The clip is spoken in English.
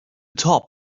top